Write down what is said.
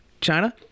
China